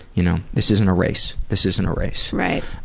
you know, this isn't a race. this isn't a race. right.